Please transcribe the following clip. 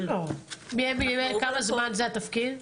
כמה זמן התפקיד?